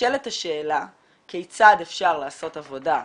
נשאלת השאלה כיצד אפשר לעשות עבודה משולבת,